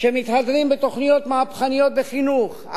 שמתהדרים בתוכניות מהפכניות בחינוך,